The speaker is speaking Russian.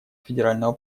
федерального